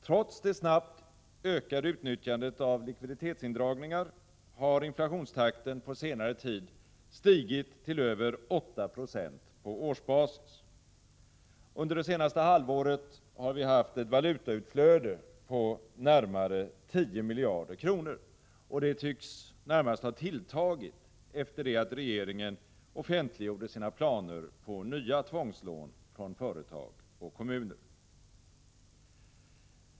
Trots det snabbt ökade utnyttjandet av likviditetsindragningar har inflationstakten på senare tid stigit till över 8 96 på årsbasis. Under det senaste halvåret har vi haft ett valutautflöde på närmare 10 miljarder kronor. Det tycks närmast ha tilltagit efter det att regeringen offentliggjorde sina planer på nya tvångslån från företag och kommuner.